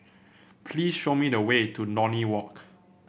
please show me the way to Lornie Walk